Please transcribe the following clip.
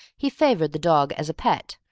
he favored the dog as a pet,